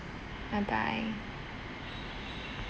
bye bye